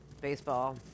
baseball